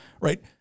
right